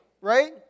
right